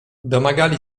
domagali